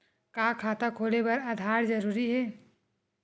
का खाता खोले बर आधार जरूरी हे?